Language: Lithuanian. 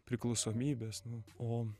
priklausomybės nu o